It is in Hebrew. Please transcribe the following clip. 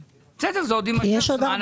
בסדר, זה עוד יימשך זמן.